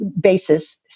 basis